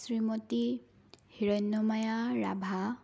Shrimati Hiranyamaya Rabha